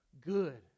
good